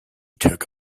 took